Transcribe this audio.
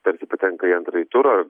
tarsi patenka į antrąjį turą